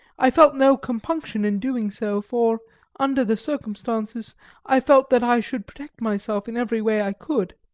i felt no compunction in doing so, for under the circumstances i felt that i should protect myself in every way i could.